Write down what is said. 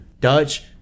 Dutch